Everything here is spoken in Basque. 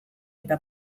eta